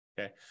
Okay